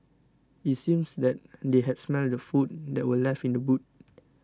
it seems that they had smelt the food that were left in the boot